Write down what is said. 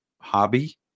hobby